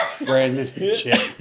Brandon